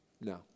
no